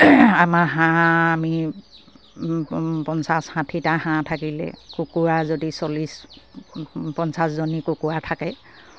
আমাৰ হাঁহ আমি পঞ্চাছ ষাঠিটা হাঁহ থাকিলে কুকুৰা যদি চল্লিছ পঞ্চাছজনী কুকুৰা থাকে